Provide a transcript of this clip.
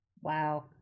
wow